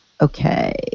okay